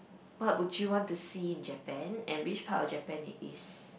what would you want to see in Japan and which part of Japan it is